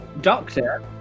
Doctor